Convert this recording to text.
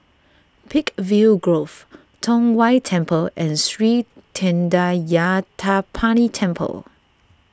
Peakville Grove Tong Whye Temple and Sri thendayuthapani Temple